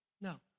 No